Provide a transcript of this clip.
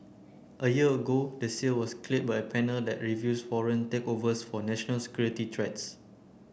a year ago the sale was cleared by a panel that reviews foreign takeovers for national security threats